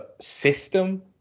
system